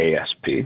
ASP